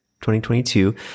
2022